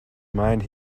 mind